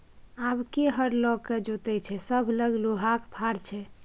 आब के हर लकए जोतैय छै सभ लग लोहाक फार छै